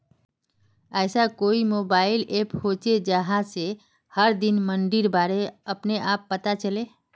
ऐसा कोई mobile app होचे जहा से हर दिन मंडीर बारे अपने आप पता चले?